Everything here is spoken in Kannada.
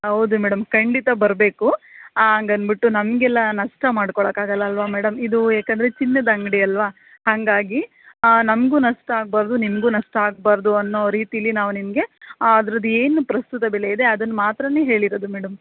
ಹೌದು ಮೇಡಮ್ ಖಂಡಿತ ಬರಬೇಕು ಹಂಗ್ ಅಂದ್ಬಿಟ್ಟು ನಮಗೆಲ್ಲಾ ನಷ್ಟ ಮಾಡ್ಕೊಳ್ಳಕೆ ಆಗೊಲ್ಲ ಅಲ್ಲವಾ ಮೇಡಮ್ ಇದು ಯಾಕಂದರೆ ಚಿನ್ನದ ಅಂಗಡಿಯಲ್ವ ಹಾಗಾಗಿ ನಮಗು ನಷ್ಟ ಆಗ್ಬಾರ್ದು ನಿಮಗು ನಷ್ಟ ಆಗ್ಬಾರ್ದು ಅನ್ನೋ ರೀತೀಲಿ ನಾವು ನಿಮಗೆ ಅದ್ರದ್ದು ಏನು ಪ್ರಸ್ತುತ ಬೆಲೆ ಇದೆ ಅದನ್ನು ಮಾತ್ರಾನೆ ಹೇಳಿರೋದು ಮೇಡಮ್